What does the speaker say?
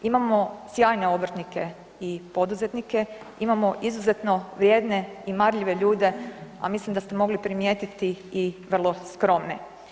Imamo sjajne obrtnike i poduzetnike, imamo izuzetno vrijedne i marljive ljude, a mislim da ste mogli primijetiti i vrlo skromne.